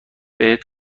بهت